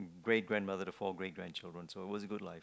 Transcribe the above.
great grandmother to four great grandchildren so it was a good life